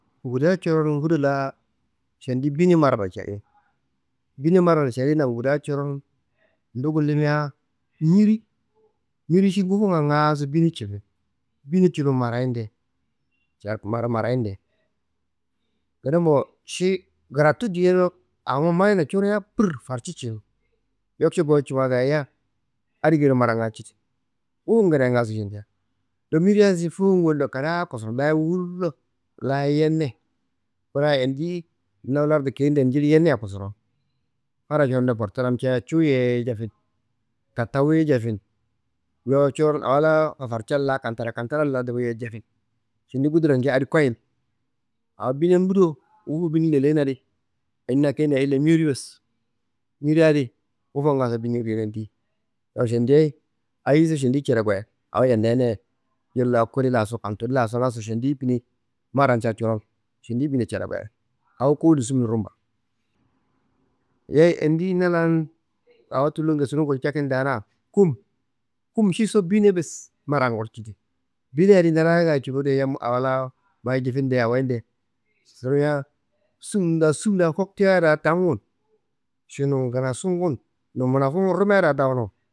Ngundaá coron ngundo la tendi bini marma celin, bini marma celina ngundaá coron ndu ngullumia biri. Biri ši ngufu ngaaso bine celin, bine culuwu mbarayinde nga mbara mbarade. Ngedembo ši gratu deyi do awongu mayina curea pur farcu cili, yopcu koyiyu cuku gayia adi geyiro maranga cidin. Nguwungedea ngaaso tendi, do biriá ši fuwun ngowodo kadaa kosorowo, la wurra la yerne. Kena andiyi na lardungedean juli yerna kosorowo. Fada coro namca kuyi ye jefin, tatawu ye jefin. Yowo coron awola farfarjin la kanta kanta la dowoia jefi tendi ngudraca adi koyini. Awo bine ngudo nguwu dulin leleyia adi andi na kedean ille biru bes. Buri adi ngufu ngaso bine, awo šendiye ayiso šerea koyen, awo yerne yernea jul la kuli laso, kaduli laso ngaso šendiyi bine mbaraca coron, šendiyi bine šerea koyen. Awo kowollo sunnum rumba. Yeyi andiyi na lan awo tullo ngesnu ngulcakin dana kum. Kum šiso bine bes mbarangu jidin, bine adin ndaragan culuwu de yam awo la mayin jifinde awonde.